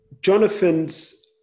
Jonathan's